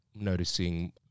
noticing